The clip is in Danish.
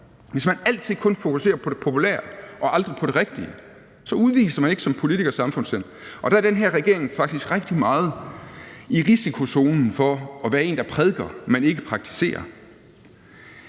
Hvis man altid kun fokuserer på det populære og aldrig på det rigtige, så udviser man som politiker ikke samfundssind. Der er den her regering faktisk rigtig meget i risikozonen for at være en, der prædiker, men ikke praktiserer.